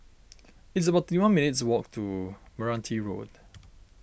it's about thirty one minutes' walk to Meranti Road